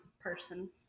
person